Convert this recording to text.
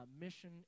mission